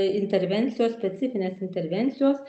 intervencijos specifinės intervencijos